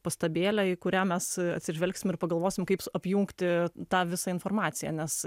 pastabėlę į kurią mes atsižvelgsim ir pagalvosim kaips apjungti tą visą informaciją nes